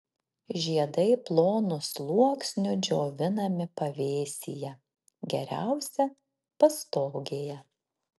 žiedai plonu sluoksniu džiovinami pavėsyje geriausia pastogėje